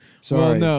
Sorry